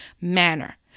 manner